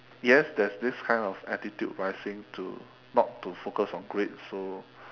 yes there's this kind of attitude rising to not to focus on grades so